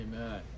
Amen